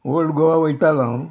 old Goa वयतालो हांव